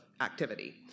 activity